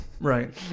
right